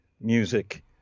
music